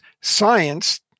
science